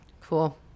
Cool